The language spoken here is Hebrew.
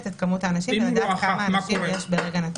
את מספר האנשים ולדעת כמה אנשים יש ברגע נתון.